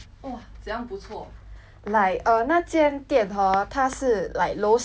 like uh 那间店 hor 他是 like 楼下就是那种 traditional